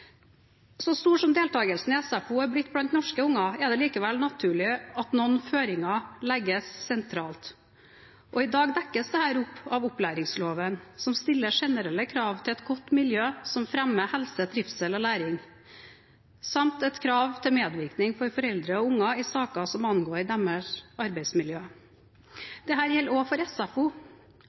Så stor som deltakelsen i SFO er blitt blant norske barn, er det likevel naturlig at noen føringer legges sentralt, og i dag dekkes dette av opplæringsloven, som stiller generelle krav til et godt miljø som fremmer helse, trivsel og læring, samt krav til medvirkning for foreldre og barn i saker som angår deres arbeidsmiljø. Dette gjelder også for SFO.